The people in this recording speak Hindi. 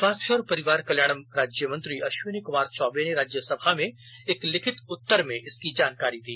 स्वास्थ्य और परिवार कल्याण राज्य मंत्री अश्विनी कमार चौबे ने राज्य सभा में एक लिखित उत्तर में इसकी जानकारी दी